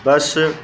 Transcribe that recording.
bus